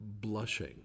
blushing